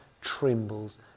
trembles